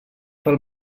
pel